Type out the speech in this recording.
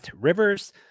rivers